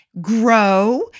grow